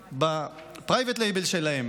בפרייבט לייבל שלהם